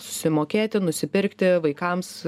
susimokėti nusipirkti vaikams